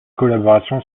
collaboration